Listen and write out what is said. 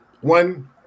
One